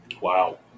Wow